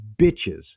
bitches